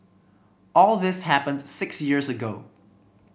all this happened six years ago